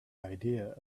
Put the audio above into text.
idea